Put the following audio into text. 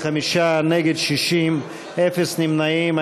בעד, 45, נגד, 60, אפס נמנעים.